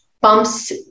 bumps